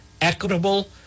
equitable